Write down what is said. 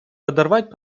подорвать